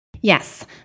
Yes